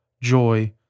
joy